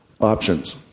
options